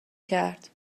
کرد